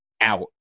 out